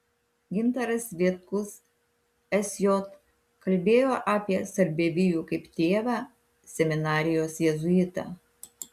gintaras vitkus sj kalbėjo apie sarbievijų kaip tėvą seminarijos jėzuitą